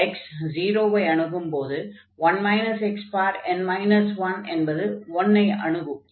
x 0 ஐ அணுகும்போது 1 xn 1 என்பது 1 ஐ அணுகும்